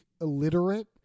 illiterate